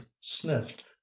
sniffed